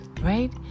right